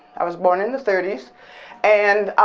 i was born in the thirty s and